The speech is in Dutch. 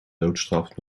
doodstraf